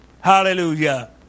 Hallelujah